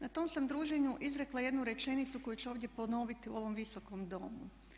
Na tom sam druženju izrekla jednu rečenicu koju ću ovdje ponoviti u ovom Visokom domu.